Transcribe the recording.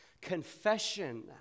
Confession